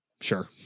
sure